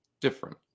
different